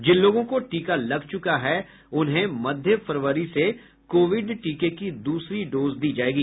जिन लोगों को टीका लग चुका है उन्हें मध्य फरवरी से कोविड टीके की दूसरी डोज दी जायेगी